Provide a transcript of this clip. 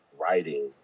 writing